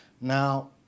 Now